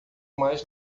mais